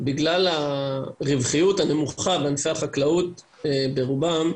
בגלל הרווחיות הנמוכה בענפי החקלאות ברובם,